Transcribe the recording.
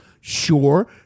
Sure